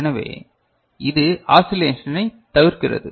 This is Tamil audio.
எனவே இது ஆசிலேஷனை தவிர்க்கிறது